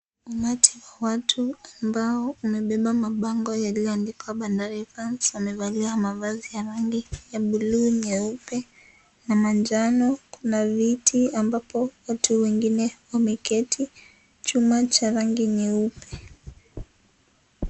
Umati wa watu ambao wamebeba mabango yaliyoandikwa Bandari [cs"] fans . Wamevalia mavazi ya rangi ya buluu, nyeupe na manjano. Kuna viti ambapo watu wengine wameketi. Chuma cha rangi nyeupe.